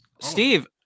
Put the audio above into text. Steve